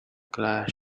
glass